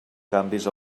canvis